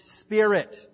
spirit